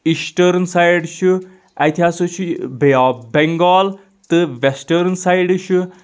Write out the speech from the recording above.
eastern side چھُ اتہِ ہسا چھُ بے آف بیٚنٛگال تہٕ ویسٹٲرٕن سایڈ یُس چھُ